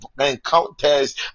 encounters